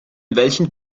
welchen